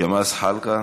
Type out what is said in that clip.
ג'מאל זחאלקה,